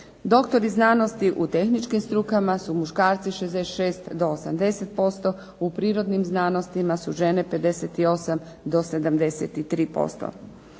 Doktori znanosti u tehničkim strukama su muškarci 66 do 80%, u prirodnim znanostima su žene 58 do 73%.